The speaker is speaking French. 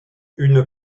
une